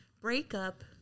breakup